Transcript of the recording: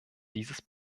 dieses